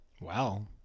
Wow